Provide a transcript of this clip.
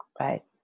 Right